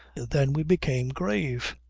then we became grave.